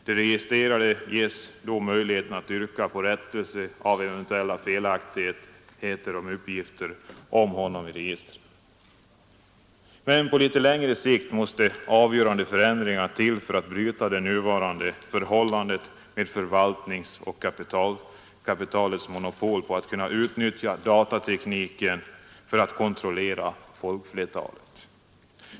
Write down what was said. Den registrerade ges då möjlighet att yrka på rättelse av eventuella felaktiga uppgifter om honom i registren. Men på litet längre sikt måste avgörande förändringar till för att bryta det nuvarande förhållandet med förvaltningens och kapitalets monopol på att kunna utnyttja datatekniken för att kontrollera folkflertalet.